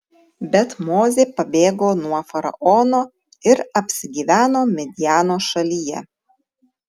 bet mozė pabėgo nuo faraono ir apsigyveno midjano šalyje